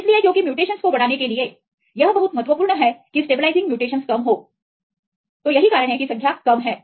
इसलिए क्योंकि म्यूटेशनस को बढ़ाने के लिए यह बहुत महत्वपूर्ण है की स्टेबलाइजिंग म्यूटेशनस कम हो तो यही कारण है कि संख्या कम है